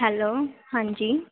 hello ਹਾਂਜੀ